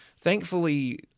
thankfully